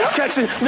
catching